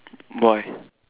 why